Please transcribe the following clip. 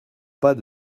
pas